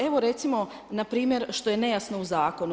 Evo recimo npr. što je nejasno u zakonu.